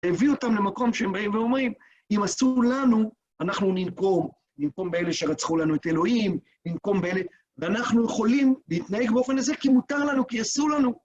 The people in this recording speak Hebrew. הביא אותם למקום שהם באים ואומרים, אם עשו לנו, אנחנו ננקום. ננקום באלה שרצחו לנו את אלוהים, ננקום באלה... ואנחנו יכולים להתנהג באופן הזה כי מותר לנו, כי עשו לנו.